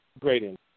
Great